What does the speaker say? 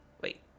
Wait